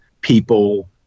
people